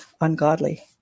ungodly